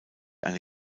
eine